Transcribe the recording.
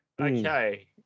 Okay